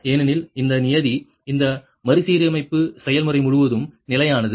ஏனெனில் இந்த நியதி இந்த மறுசீரமைப்பு செயல்முறை முழுவதும் நிலையானது